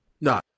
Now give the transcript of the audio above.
No